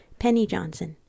pennyjohnson